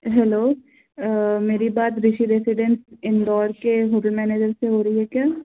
hello मेरी बात Rishi resident Indore के होटल मैनेजर से हो रही है क्या